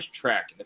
track